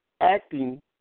acting